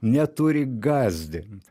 neturi gąsdint